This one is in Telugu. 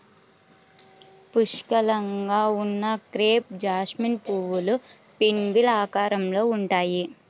పుష్కలంగా ఉన్న క్రేప్ జాస్మిన్ పువ్వులు పిన్వీల్ ఆకారంలో ఉంటాయి